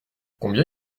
combien